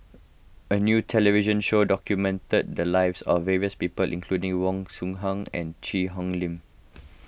a new television show documented the lives of various people including Wong and Cheang Hong Lim